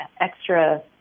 extra